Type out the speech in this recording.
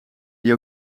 die